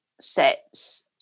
sets